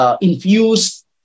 infused